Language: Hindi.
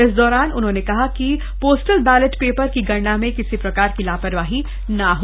इस दौरान उन्होंने कहा कि पोस्टल बैलेट पेपर की गणना में किसी प्रकार की लापरवाही न हो